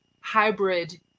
hybrid